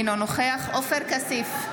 אינו נוכח עופר כסיף,